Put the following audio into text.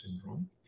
syndrome